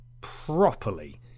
properly